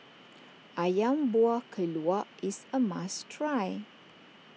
Ayam Buah Keluak is a must try